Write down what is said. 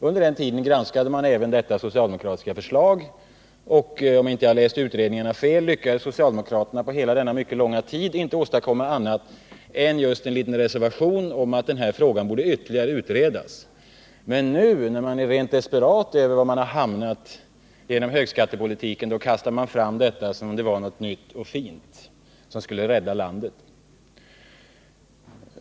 Utredningen granskade även detta socialdemokratiska förslag, och om jag inte har läst betänkandena fel lyckades socialdemokraterna på hela denna mycket långa tid inte åstadkomma annat än en liten reservation om att den här frågan borde utredas ytterligare. Men nu, när man är rent desperat över var man har hamnat genom högskattepolitiken, då kastar man fram detta som om det vore något nytt och fint, som skulle rädda landet.